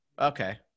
Okay